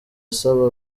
asaba